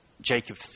Jacob